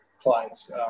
clients